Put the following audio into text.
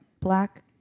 Black